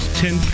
ten